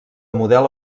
model